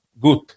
good